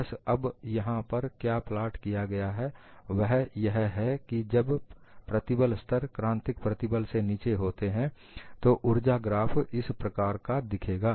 बस अब यहां पर क्या प्लॉट किया गया है वह यह है कि जब प्रतिबल स्तर क्रांतिक प्रतिबल से नीचे होते हैं तो ऊर्जा ग्राफ इस प्रकार का दिखेगा